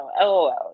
LOL